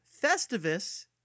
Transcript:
Festivus